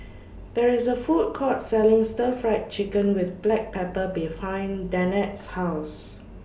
There IS A Food Court Selling Stir Fried Chicken with Black Pepper behind Danette's House